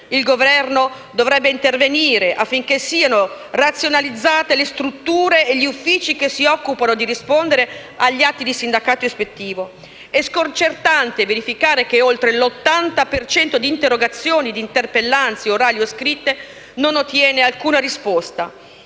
Il Governo dovrebbe intervenire affinché siano razionalizzate le strutture e gli uffici che si occupano di rispondere agli atti di sindacato ispettivo. È sconcertante verificare che oltre l'80 per cento di interrogazioni e di interpellanze, orali o scritte, non ottiene alcuna risposta.